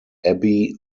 abbey